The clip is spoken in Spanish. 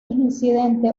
incidente